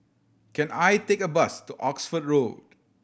can I take a bus to Oxford Road